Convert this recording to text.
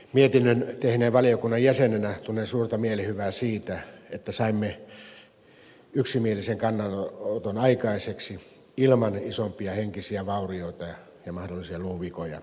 mietinnön tehneen valiokunnan jäsenenä tunnen suurta mielihyvää siitä että saimme yksimielisen kannanoton aikaiseksi ilman isompia henkisiä vaurioita ja mahdollisia luuvikoja